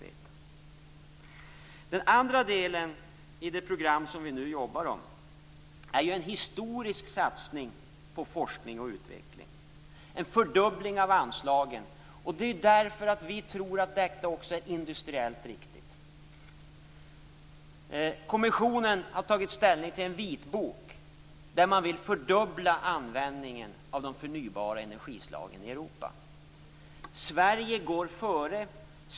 För det andra innebär det program vi nu jobbar med en historisk satsning på forskning och utveckling, en fördubbling av anslagen. Det beror på att vi tror att detta också är industriellt riktigt. Kommissionen har tagit ställning till en vitbok där man vill fördubbla användningen av de förnybara energislagen i Europa. Sverige går före.